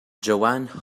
joanne